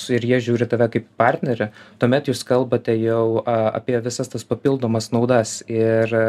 su ir jie žiūri tave kaip partnerį tuomet jūs kalbate jau a apie visas tas papildomas naudas ir